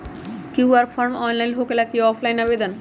QR form online होकेला कि offline आवेदन?